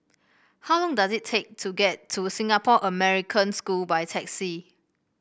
how long does it take to get to Singapore American School by taxi